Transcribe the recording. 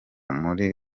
muri